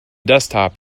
desktop